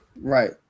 right